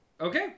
okay